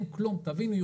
תבינו,